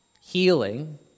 healing